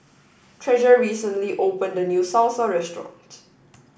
Treasure recently opened a new Salsa restaurant